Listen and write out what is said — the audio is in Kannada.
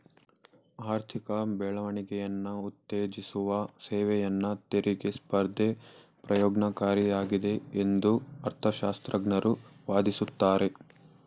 ಆರ್ಥಿಕ ಬೆಳವಣಿಗೆಯನ್ನ ಉತ್ತೇಜಿಸುವ ಸೇವೆಯನ್ನ ತೆರಿಗೆ ಸ್ಪರ್ಧೆ ಪ್ರಯೋಜ್ನಕಾರಿಯಾಗಿದೆ ಎಂದು ಅರ್ಥಶಾಸ್ತ್ರಜ್ಞರು ವಾದಿಸುತ್ತಾರೆ